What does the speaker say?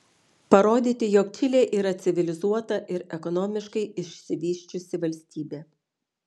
parodyti jog čilė yra civilizuota ir ekonomiškai išsivysčiusi valstybė